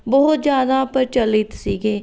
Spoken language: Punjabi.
ਬਹੁਤ ਜ਼ਿਆਦਾ ਪ੍ਰਚਲਿਤ ਸੀਗੇ